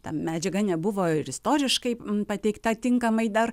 ta medžiaga nebuvo ir istoriškai pateikta tinkamai dar